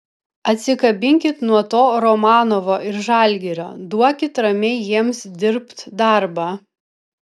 atsikabinkit nuo to romanovo ir žalgirio duokit ramiai jiems dirbt darbą